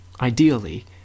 Ideally